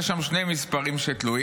יש שם שני מספרים שתלויים,